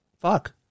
Fuck